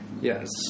Yes